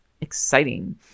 exciting